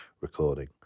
recording